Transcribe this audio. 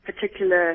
particular